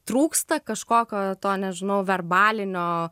trūksta kažkokio to nežinau verbalinio